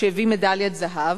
שהביא מדליית זהב,